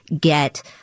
get